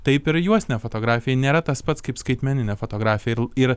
taip ir juostinė fotografija nėra tas pats kaip skaitmeninė fotografija ir ir